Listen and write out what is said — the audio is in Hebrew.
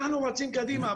אנחנו רצים קדימה,